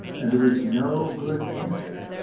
and there was no good in her.